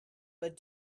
but